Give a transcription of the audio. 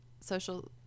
social –